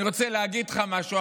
אני רוצה להגיד לך משהו,